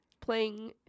playing